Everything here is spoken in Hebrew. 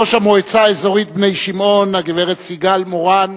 ראש המועצה האזורית בני-שמעון הגברת סיגל מורן,